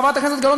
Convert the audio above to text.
חברת הכנסת גלאון,